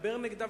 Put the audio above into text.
לדבר נגדה,